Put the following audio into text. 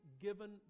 given